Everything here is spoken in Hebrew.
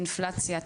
אינפלציה,